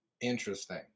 Interesting